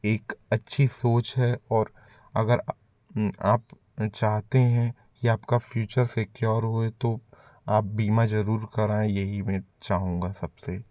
एक अच्छी सोच है और अगर आप चाहते हैं कि आपका फ्यूचर सेक्योर हुए तो आप बीमा जरूर कराए यही मैं चाहूँगा सबसे